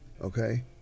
okay